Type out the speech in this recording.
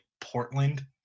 Portland